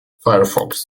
firefox